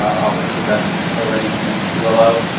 obviously that's already and rollout.